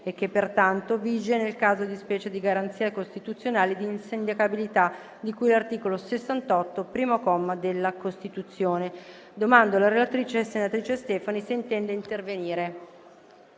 e che, pertanto, vige nel caso di specie la garanzia costituzionale di insindacabilità di cui all'articolo 68, primo comma, della Costituzione. Chiedo alla relatrice, senatrice Stefani, se intende intervenire.